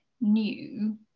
new